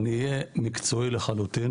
אני אהיה מקצועי לחלוטין